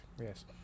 Yes